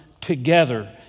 together